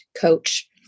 Coach